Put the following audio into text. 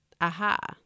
aha